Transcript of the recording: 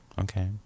Okay